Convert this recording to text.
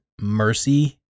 mercy